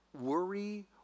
worry